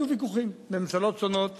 היו ויכוחים בין ממשלות שונות,